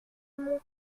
mon